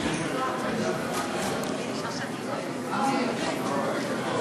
הסדרנים ילוו את חבר הכנסת החדש אמיר אוחנה למקומו